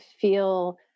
feel